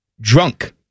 drunk